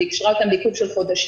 והיא אישרה אותה בעיכוב של חודשים,